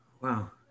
Wow